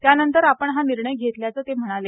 त्यानंतर आपण हा निर्णय घेतल्याचं ते म्हणाले